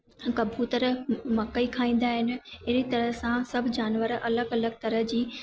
कबूतर मकई खाईंदा आहिनि अहिड़ी तरह सां सभु जानवर अलॻि अलॻि तरह जी